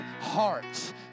hearts